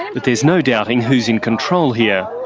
and but there's no doubting who's in control here.